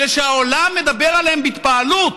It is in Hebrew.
אלה שהעולם מדבר עליהם בהתפעלות,